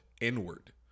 inward